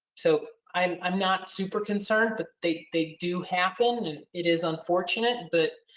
so i'm i'm not super concerned, but they they do happen. it is unfortunate, but